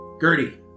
Gertie